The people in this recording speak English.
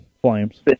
Flames